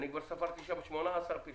אני כבר ספרתי שם 18 פשעים.